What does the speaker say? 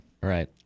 Right